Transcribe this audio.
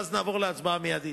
ואז נעבור להצבעה מיידית.